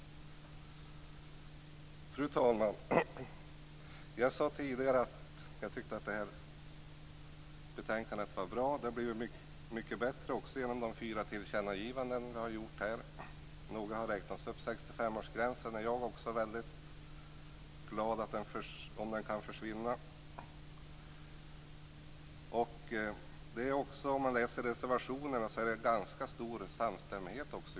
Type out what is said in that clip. Fru talman! Jag sade tidigare att jag tycker att betänkandet är bra. Det har också blivit mycket bättre genom de fyra tillkännagivanden som vi har gjort. Några av dem har räknats upp. Också jag vore väldigt glad om 65-årsgränsen kunde tas bort. Om man läser reservationerna märker man att det är ganska stor samstämmighet i utskottet.